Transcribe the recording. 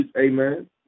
amen